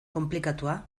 konplikatua